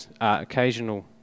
occasional